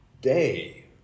day